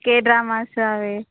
కే dramas అవి